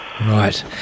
Right